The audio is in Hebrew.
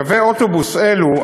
קווי אוטובוס אלו,